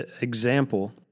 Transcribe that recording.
example